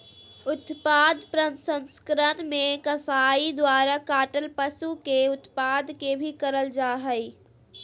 उत्पाद प्रसंस्करण मे कसाई द्वारा काटल पशु के उत्पाद के भी करल जा हई